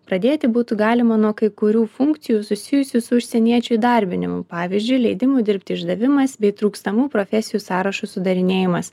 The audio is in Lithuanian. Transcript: pradėti būtų galima nuo kai kurių funkcijų susijusių su užsieniečių įdarbinimu pavyzdžiui leidimų dirbti išdavimas bei trūkstamų profesijų sąrašo sudarinėjimas